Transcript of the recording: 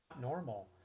normal